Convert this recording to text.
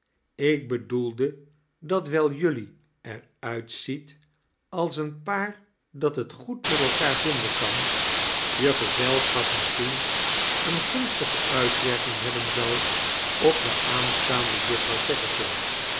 ik bedoelde dat wijl jullie er uitziet als een paar dat het goed met elkaar vinden kan je gezelschap misschien eene gunstige uitwerking hebben zou op de aansitaande jnffrouw